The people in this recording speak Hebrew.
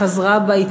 חזרה בה,